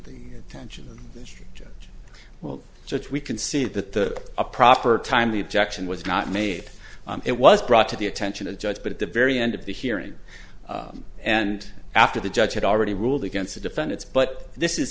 the attention of judge well judge we can see that the a proper time the objection was not made it was brought to the attention of judge but at the very end of the hearing and after the judge had already ruled against the defendants but this is